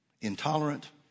intolerant